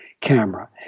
camera